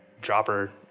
dropper